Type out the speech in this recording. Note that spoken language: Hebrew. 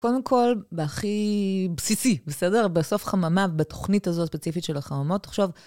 קודם כול, בהכי בסיסי, בסדר? בסוף חממיו, בתוכנית הזו הספציפית של החממות, תחשוב...